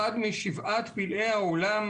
אחד משבעת פלאי העולם,